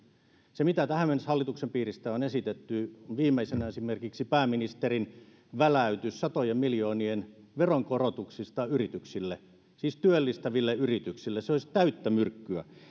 se mitä tähän mennessä hallituksen piiristä on esitetty viimeisenä esimerkiksi pääministerin väläytys satojen miljoonien veronkorotuksista yrityksille siis työllistäville yrityksille olisi täyttä myrkkyä